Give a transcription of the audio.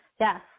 Yes